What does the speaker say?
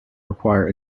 require